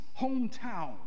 hometown